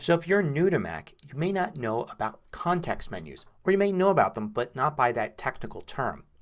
so if you're new to mac you may not know about context menus or you may know about them but not by that technical term.